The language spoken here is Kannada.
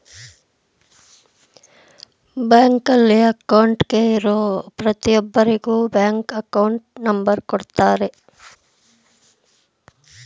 ಬ್ಯಾಂಕಲ್ಲಿ ಅಕೌಂಟ್ಗೆ ಇರೋ ಪ್ರತಿಯೊಬ್ಬರಿಗೂ ಬ್ಯಾಂಕ್ ಅಕೌಂಟ್ ನಂಬರ್ ಕೊಡುತ್ತಾರೆ